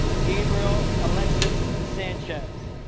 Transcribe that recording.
gabriel alexis sanchez